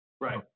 Right